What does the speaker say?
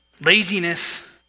laziness